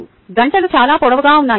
గంటలు చాలా పొడవుగా ఉన్నాయి